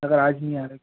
अगर आज नहीं आ रहे